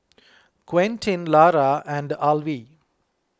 Quentin Lara and Alvie